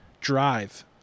drive